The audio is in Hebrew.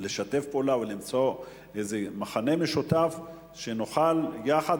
הביעו נכונות לשתף פעולה ולמצוא מכנה משותף שנוכל יחד,